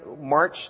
march